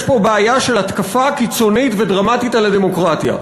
יש פה בעיה של התקפה קיצונית ודרמטית על הדמוקרטיה.